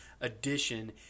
edition